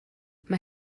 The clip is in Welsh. mae